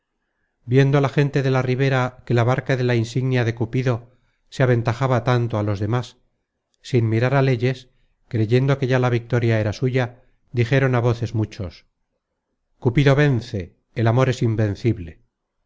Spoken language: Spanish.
viendo la gente de la ribera que la barca de la insignia de cupido se aventajaba tanto a las demas sin mirar á leyes creyendo que ya la victoria era suya dijeron á voces muchos cupido vence el amor es invencible